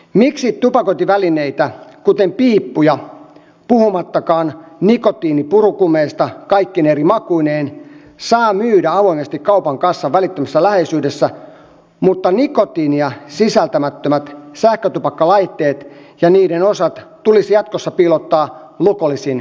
miksi tupakointivälineitä kuten piippuja puhumattakaan nikotiinipurukumeista kaikkine eri makuineen saa myydä avoimesti kaupan kassan välittömässä läheisyydessä mutta nikotiinia sisältämättömät sähkötupakkalaitteet ja niiden osat tulisi jatkossa piilottaa lukollisiin kaappeihin